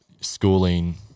schooling –